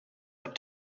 out